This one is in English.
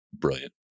brilliant